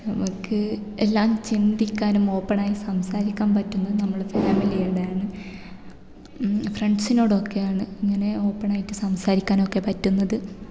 നമുക്ക് എല്ലാം ചിന്തിക്കാനും ഓപ്പണായി സംസാരിക്കാൻ പറ്റുന്നത് നമ്മുടെ ഫാമിലിയോടാണ് ഫ്രണ്ട്സിനോടൊക്കെയാണ് ഇങ്ങനെ ഓപ്പണായിട്ട് സംസാരിക്കാനൊക്കെ പറ്റുന്നത്